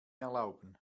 erlauben